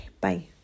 bye